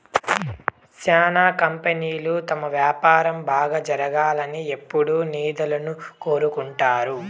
శ్యానా కంపెనీలు తమ వ్యాపారం బాగా జరగాలని ఎప్పుడూ నిధులను కోరుకుంటారు